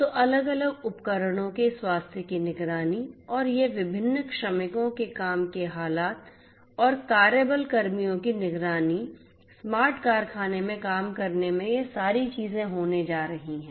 तो अलग अलग उपकरणों के स्वास्थ्य की निगरानी और यह विभिन्न श्रमिकों के काम के हालत और कार्य बल कर्मियों की निगरानी स्मार्ट कारखाने में काम करने में यह सारी चीज़ें होने जा रही हैं